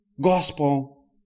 gospel